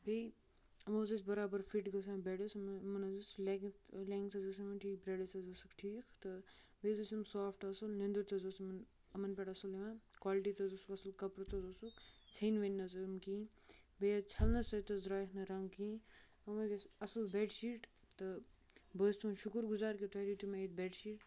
بیٚیہِ یِم حظ ٲسۍ برابر فِٹ گژھان بٮ۪ڈَس یِمَن یِمَن حظ ٲس لٮ۪گٕتھ لٮ۪نٛگٕتھ حظ ٲس یِمَن ٹھیٖک برٛٮ۪ڈٕتھ حظ ٲسٕکھ ٹھیٖک تہٕ بیٚیہِ حظ ٲسۍ یِم سافٹہٕ اَصٕل نندٕر تہِ حظ ٲس یِمَن یِمَن پٮ۪ٹھ اَصٕل یِوان کالٹی تہِ حظ اوسُکھ اَصٕل کَپرُ تہِ حظ اوسُکھ ژھیٚنۍ ویٚنۍ نہ حظ یِم کِہیٖنۍ بیٚیہِ حظ چھَلنہٕ سۭتۍ حظ درٛایَکھ نہٕ رنٛگ کِہیٖنۍ یِم حظ ٲسۍ اَصٕل بٮ۪ڈ شیٖٹ تہٕ بہٕ حظ تُہُنٛد شُکُر گُزار کہِ تۄہہِ دِتِو مےٚ یِتھۍ بٮ۪ڈ شیٖٹ